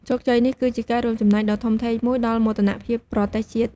ជោគជ័យនេះគឺជាការរួមចំណែកដ៏ធំធេងមួយដល់មោទនភាពប្រទេសជាតិ។